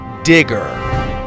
Digger